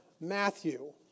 Matthew